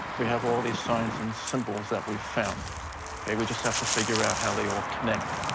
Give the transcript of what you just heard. we have all these signs and symbols that we've found. maybe we just have to figure out how they all connect.